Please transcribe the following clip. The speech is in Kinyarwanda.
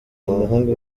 umuhungu